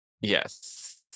yes